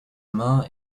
main